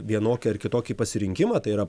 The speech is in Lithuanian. vienokį ar kitokį pasirinkimą tai yra